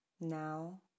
Now